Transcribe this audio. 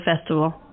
festival